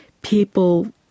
people